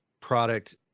product